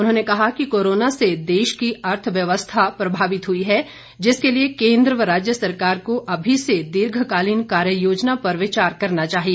उन्होंने कहा कि कोरोना से देश की अर्थव्यवस्था पूरी तरह प्रभावित हुई है जिसके लिए केंद्र व राज्य सरकार को अभी से दीर्घकालीन कार्य योजना पर विचार करना चाहिए